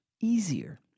easier